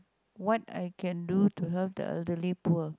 what I can do to help the elderly poor